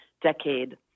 decade